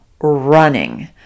running